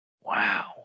Wow